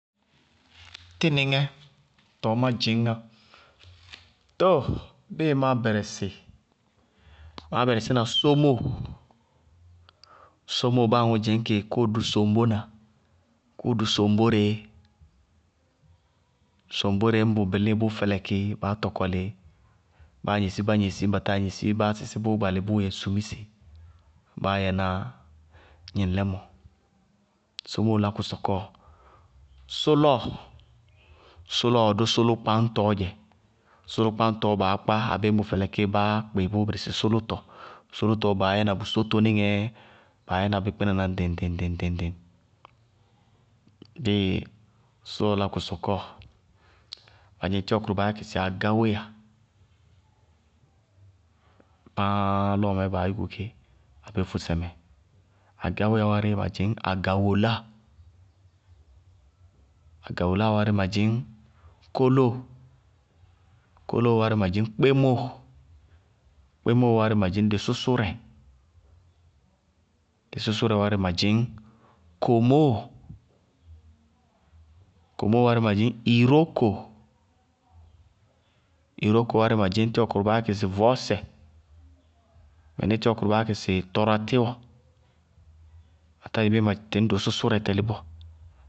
Tínɩŋɛ tɔɔ má dzɩñŋá tɔɔ, bíɩ má bɛrɛsɩ, maá bɛrɛsína sómóo, sómóo, báa aŋʋ dzɩñ kɩ kʋʋ dʋ soŋbóna, kʋʋ dʋ soŋbóre, ñ bʋ bɩlíɩ bʋ fɛlɛkɩ bá ñŋ baá gnesí bá gnesi, ñŋ batáa gnesí báá sísí bʋʋ gbalɩ bʋʋ yɛ sumíse báá yɛná gnɩŋlɛmɔ. Sómóo lá kʋ sɔkɔ, sʋlɔɔ, sʋlɔɔ dʋ sʋlʋkpáñtɔɔ dzɛ, sʋlʋkpáñtɔɔ baá kpá abéé ñŋ bʋ fɛlɩkíɩ bʋʋ bɩrɩsɩ sʋlʋtɔ. Sʋlʋtɔɔ baá yɛna bʋ sótoníŋɛɛ, baá yɛna bí kpínaná ŋɖɩŋ-ŋɖɩŋ ŋɖɩŋ-ŋɖɩŋ. Dɩ sóo lá kʋ sɔkɔɔ, madzɩñ tíwɔ kʋrʋ baá yá kɩ sɩ agáwéya, páá lɔɔmɛɛ baá yúku kí abéé fʋsɩmɛ, agáwéya wárí madzɩñ agawoláa, agawoláa wárí madzɩñ kólóo, kólóo wárí madzɩñ kpémóo, kpémóo wárí madzɩñ dɩsʋsʋrɛ, dɩsʋsʋrɛ wárí madzɩñ komóo, komóo wárí iroko, iroko wárí madzɩñ tíwɔ kʋrʋ baá yá kɩ sɩ vɔɔsɛ, mɩnísíɩ tɔraríwɔ.